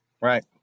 Right